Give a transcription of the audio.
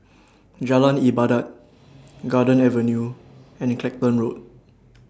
Jalan Ibadat Garden Avenue and Clacton Road